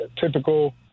typical